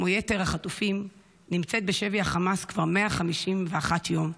כמו יתר החטופים, נמצאת בשבי החמאס כבר 151 יום.